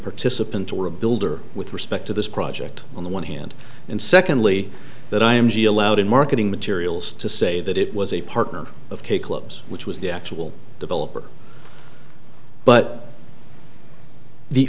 participant or a builder with respect to this project on the one hand and secondly that i am goal out in marketing materials to say that it was a partner of k clubs which was the actual developer but the